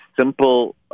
simple